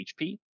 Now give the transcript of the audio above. HP